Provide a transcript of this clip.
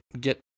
get